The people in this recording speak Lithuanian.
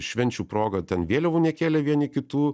švenčių proga ten vėliavų nekėlė vieni kitų